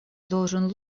должен